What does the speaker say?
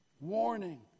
warning